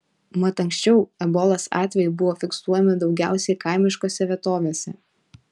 mat anksčiau ebolos atvejai buvo fiksuojami daugiausiai kaimiškose vietovėse